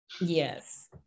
Yes